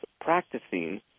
practicing